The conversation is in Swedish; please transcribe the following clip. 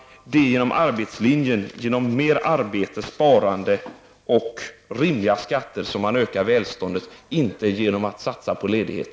Det är genom arbetslinjen, genom mer arbete, sparande och rimliga skatter, som man ökar välståndet, inte genom att satsa på ledighet.